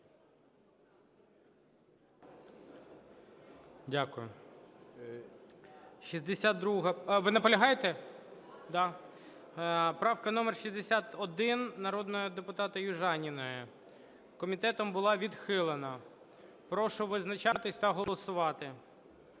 Дякую. 62-а. Ви наполягаєте? Да. Правка номер 61 народного депутата Южаніної, комітетом була відхилена. Прошу визначатися та голосувати.